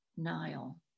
Nile